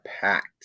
packed